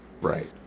Right